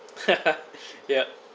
ya